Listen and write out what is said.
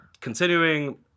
Continuing